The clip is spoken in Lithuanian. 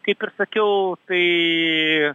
kaip ir sakiau tai